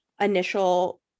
initial